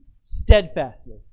steadfastly